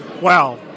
wow